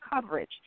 coverage